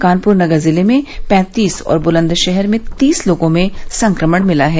कानपुर नगर जिले में पैंतीस और बुलन्दशहर में तीस लोगों में संक्रमण मिला है